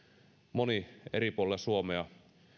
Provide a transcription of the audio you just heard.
moni eri puolilla suomea